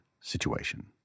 situation